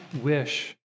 wish